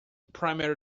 primary